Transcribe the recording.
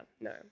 no